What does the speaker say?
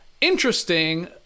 Interesting